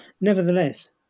nevertheless